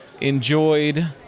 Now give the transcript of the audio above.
Enjoyed